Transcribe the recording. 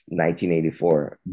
1984